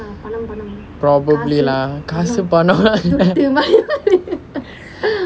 probably lah காசு பணம்:kaasu panam